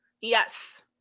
Yes